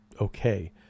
okay